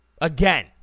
Again